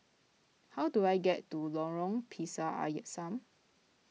how do I get to Lorong Pisang Asam